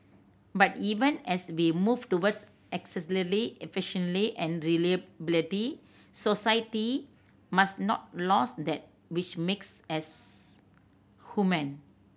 but even as we move towards efficiency and reliability society must not lose that which makes as human